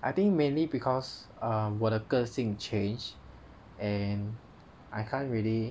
I think mainly because uh 我的个性 change and I can't really